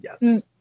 Yes